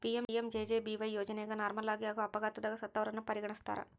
PMMJJBY ಯೋಜನೆಗ ನಾರ್ಮಲಾಗಿ ಹಾಗೂ ಅಪಘಾತದಗ ಸತ್ತವರನ್ನ ಪರಿಗಣಿಸ್ತಾರ